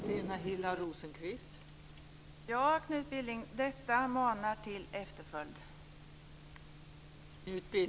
Fru talman! Ja, Knut Billing, detta manar till efterföljd.